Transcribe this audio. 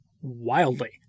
wildly